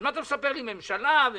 אז מה אתה מספר לי ממשלה וצריך